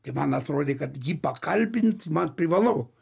tai man atrodė kad ji pakalbint man privalau